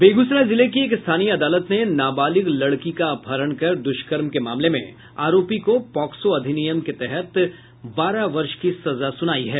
बेगूसराय जिले की एक स्थानीय अदालत ने नाबालिग लड़की का अपहरण कर दुष्कर्म के मामले में आरोपी को पॉक्सो अधिनियम के तहत बारह वर्ष की सजा सुनाई है